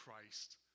Christ